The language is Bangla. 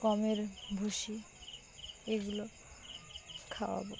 গমের ভুষি এগুলো খাওয়াবো